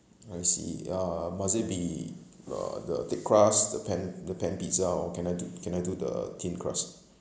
I see uh must it be uh the thick crust the pan the pan pizza or can I do can I do the thin crust